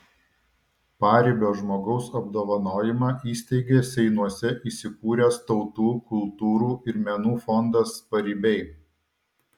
paribio žmogaus apdovanojimą įsteigė seinuose įsikūręs tautų kultūrų ir menų fondas paribiai